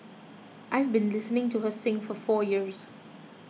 I've been listening to her sing for four years